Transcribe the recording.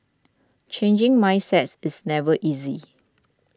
changing mindsets is never easy